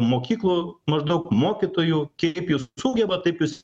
mokyklų maždaug mokytojų keip jūs sugebat taip jūs